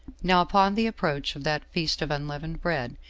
now, upon the approach of that feast of unleavened bread,